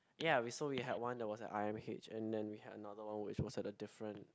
ya we so we had one that was at I_M_H and then we had another one which was at a different